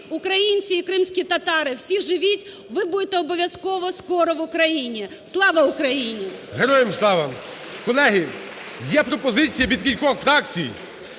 Українці і кримські татари - всі живіть! Ви будете обов'язково скоро в Україні. Слава Україні! ГОЛОВУЮЧИЙ. Героям слава! Колеги, є пропозиція від кількох фракцій,